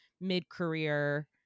mid-career